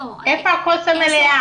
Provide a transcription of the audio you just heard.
איפה הכוס המלאה?